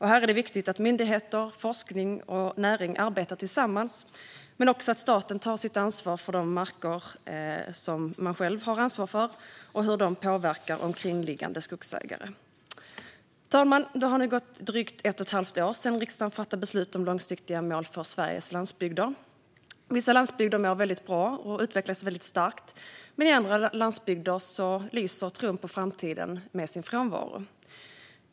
Här är det viktigt att myndigheter, forskning och näring arbetar tillsammans, men också att staten tar ansvar för sina marker och för hur de påverkar omkringliggande skogsägare. Fru talman! Det har nu gått drygt ett och ett halvt år sedan riksdagen fattade beslut om långsiktiga mål för Sveriges landsbygder. Vissa landsbygder mår väldigt bra och utvecklas väldigt starkt, men i andra landsbygder lyser tron på framtiden med sin frånvaro.